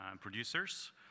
producers